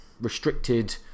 restricted